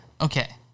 Okay